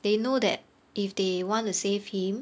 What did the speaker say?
they know that if they want to save him